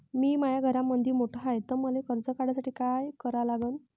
मी माया घरामंदी मोठा हाय त मले कर्ज काढासाठी काय करा लागन?